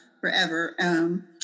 forever